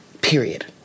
Period